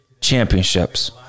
Championships